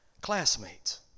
classmates